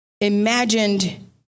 imagined